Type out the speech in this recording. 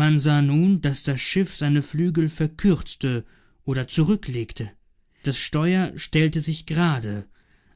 man sah nun daß das schiff seine flügel verkürzte oder zurücklegte das steuer stellte sich gerade